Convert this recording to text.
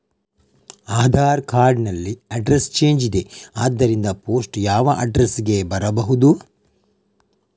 Aadhaar card ನಲ್ಲಿ address change ಇದೆ ಆದ್ದರಿಂದ ಪೋಸ್ಟ್ ಯಾವ ಅಡ್ರೆಸ್ ಗೆ ಬರಬಹುದು?